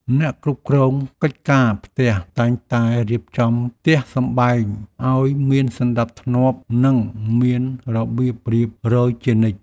អ្នកគ្រប់គ្រងកិច្ចការផ្ទះតែងតែរៀបចំផ្ទះសម្បែងឱ្យមានសណ្តាប់ធ្នាប់ និងមានរបៀបរៀបរយជានិច្ច។